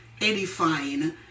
edifying